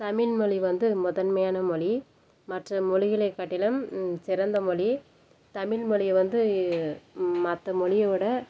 தமிழ்மொழி வந்து முதன்மையான மொழி மற்ற மொழிகளைக் காட்டிலும் சிறந்த மொழி தமிழ்மொழியை வந்து மற்ற மொழியைவிட